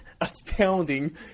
astounding